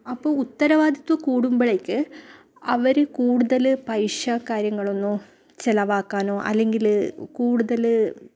അപ്പോൾ ഉത്തരവാദിത്വം കൂടുമ്പോഴേക്ക് അവർ കൂടുതൽ പൈസ കാര്യങ്ങളൊന്നും ചിലവാക്കാനോ അല്ലെങ്കിൽ കൂടുതൽ